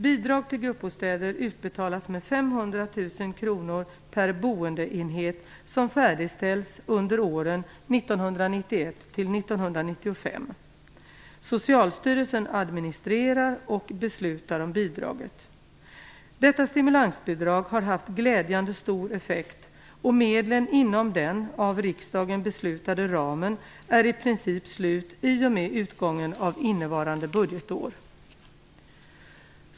Bidrag till gruppbostäder utbetalas med 500 000 kronor per boendeenhet som färdigställs under åren 1991-1995. Socialstyrelsen administrerar och beslutar om bidraget. Detta stimulansbidrag har haft glädjande stor effekt, och medlen inom den av riksdagen beslutade ramen är i princip slut i och med utgången av innevarande budgetår.